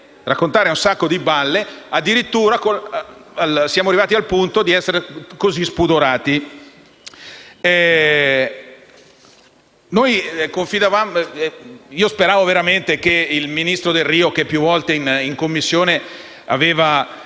raccontare un sacco di balle. Siamo arrivati al punto di essere così spudorati. Speravo veramente che con il ministro Delrio, che più volte in Commissione è venuto